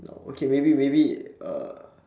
okay maybe maybe uh